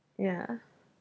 yeah